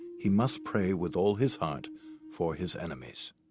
he must pray with all his heart for his enemies.